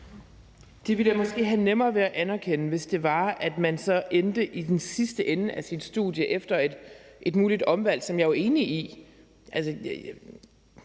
Det ville jeg måske have nemmere ved at anerkende, hvis det var, at man så endte i den sidste ende af sit studie efter et muligt omvalg uden forsørgelse.